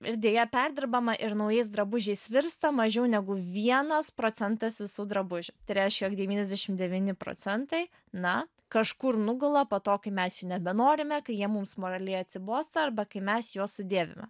ir deja perdirbama ir naujais drabužiais virsta mažiau negu vienas procentas visų drabužių tai reiškia jog devyniasdešim devyni procentai na kažkur nugula po to kai mes nebenorime kai jie mums moraliai atsibosta arba kai mes juos sudėvime